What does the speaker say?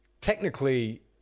technically